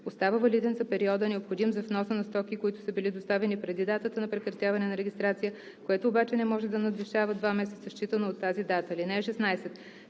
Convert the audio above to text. остава валиден за периода, необходим за вноса на стоки, които са били доставени преди датата на прекратяване на регистрация, което обаче не може да надвишава 2 месеца считано от тази дата. (16)